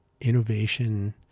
innovation